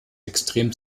extrem